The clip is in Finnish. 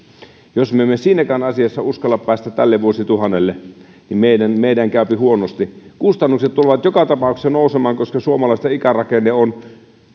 jos emme me siinäkään asiassa uskalla päästä tälle vuosituhannelle niin meidän meidän käypi huonosti kustannukset tulevat joka tapauksessa nousemaan koska suomalaisten ikärakenne on